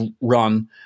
run